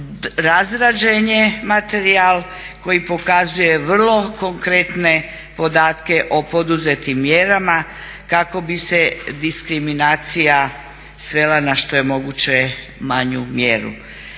Razrađen je materijal koji pokazuje vrlo konkretne podatke o poduzetim mjerama kako bi se diskriminacija svela na što je moguće manju mjeru,